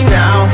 now